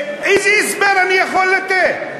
איזה הסבר אני יכול לתת?